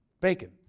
bacon